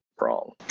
wrong